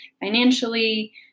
financially